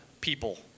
people